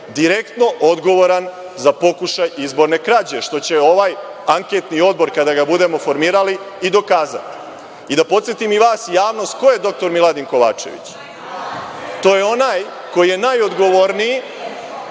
direktno odgovoran za pokušaj izborne krađe, što će ovaj Anketni odbor kada ga budemo formirali i dokazati. Da podsetim i vas i javnost ko je dr Miladin Kovačević? To je onaj koji je najodgovorniji